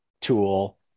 tool